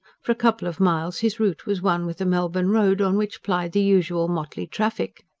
for a couple of miles his route was one with the melbourne road, on which plied the usual motley traffic.